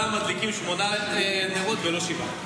למה מדליקים שמונה נרות ולא שבעה?